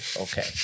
Okay